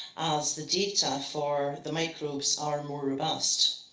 as the data for the microbes are more robust.